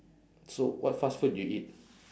so what fast food you eat